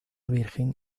virgen